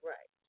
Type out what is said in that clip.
Right